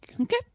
Okay